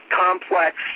complex